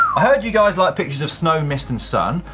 i heard you guys like pictures of snow, mist and sun.